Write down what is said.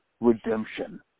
redemption